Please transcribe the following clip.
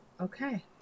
Okay